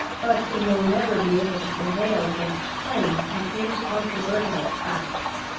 but it will never be able to prevail against plain and incontrovertible facts.